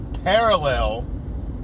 Parallel